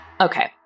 Okay